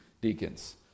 deacons